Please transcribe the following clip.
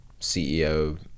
CEO